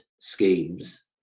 schemes